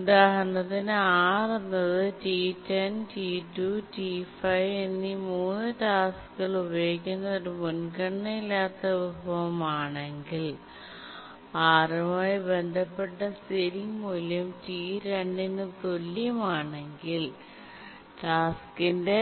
ഉദാഹരണത്തിന് R എന്നത് T10 T2 T5 എന്നീ മൂന്ന് ടാസ്ക്കുകൾ ഉപയോഗിക്കുന്ന ഒരു മുൻഗണനയില്ലാത്ത വിഭവമാണെങ്കിൽ R മായി ബന്ധപ്പെട്ട സീലിംഗ് മൂല്യം T2 ന് തുല്യമാണെങ്കിൽ ടാസ്കിന്റെ